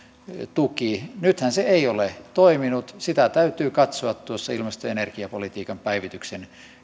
tukea nythän se ei ole toiminut täytyy katsoa tuossa ilmasto ja energiapolitiikan päivityksen